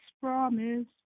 promise